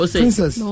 princess